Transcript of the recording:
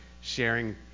sharing